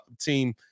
team